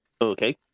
Okay